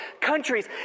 countries